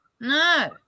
No